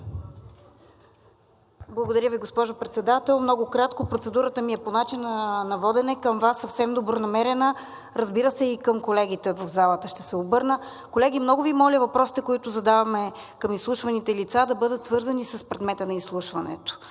Благодаря Ви, госпожо Председател. Много кратко! Процедурата ми е по начина на водене към Вас, съвсем добронамерена. Разбира се, и към колегите в залата ще се обърна. Колеги, много Ви моля, въпросите, които задаваме към изслушваните лица, да бъдат свързани с предмета на изслушването.